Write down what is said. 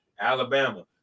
Alabama